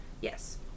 Yes